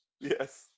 Yes